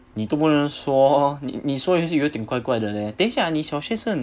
你都不能说你你说时候有点怪怪的叻等一下你小学是很